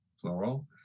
plural